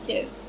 Yes